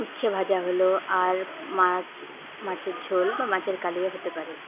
উচ্ছেভাজা হলো আর মাছ মাছের ঝোল বা মাছের কালিয়া হতে পারে